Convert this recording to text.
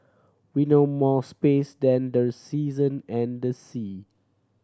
we know more space than the season and the sea